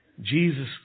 Jesus